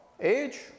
age